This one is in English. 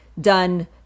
done